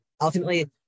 ultimately